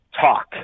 talk